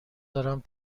دارم